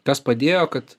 kas padėjo kad